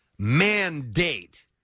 Mandate